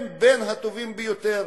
הם בין הטובים ביותר.